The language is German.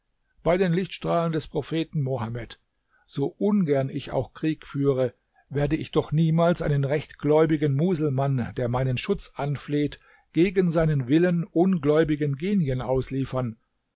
bei den lichtstrahlen des propheten mohammed so ungern ich auch krieg führe werde ich doch niemals einen rechtgläubigen muselmann der meinen schutz anfleht gegen seinen willen ungläubigen genien ausliefern